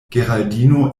geraldino